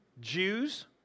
Jews